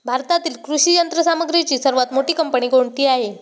भारतातील कृषी यंत्रसामग्रीची सर्वात मोठी कंपनी कोणती आहे?